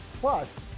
Plus